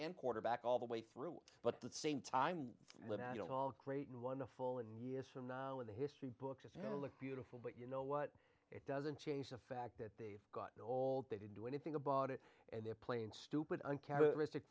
and quarterback all the way through but at the same time look at all great and wonderful and years from now in the history books now look beautiful but you know what it doesn't change the fact that they've got all day to do anything about it and they're playing stupid uncharacteristic